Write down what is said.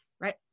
right